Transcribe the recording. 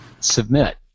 submit